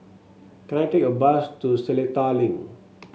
can I take a bus to Seletar Link